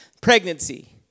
Pregnancy